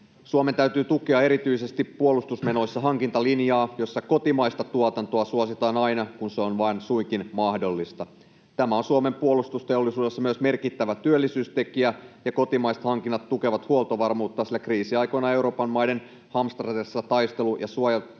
Suomen täytyy tukea erityisesti puolustusmenoissa hankintalinjaa, jossa kotimaista tuotantoa suositaan aina, kun se on vain suinkin mahdollista. Tämä on Suomen puolustusteollisuudessa myös merkittävä työllisyystekijä, ja kotimaiset hankinnat tukevat huoltovarmuutta, sillä kriisiaikoina Euroopan maiden hamstratessa taistelu- ja suojatarvikkeita